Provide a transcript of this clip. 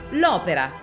l'opera